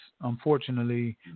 unfortunately